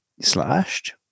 slashed